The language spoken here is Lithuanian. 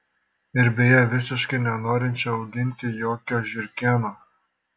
ir beje visiškai nenorinčią auginti jokio žiurkėno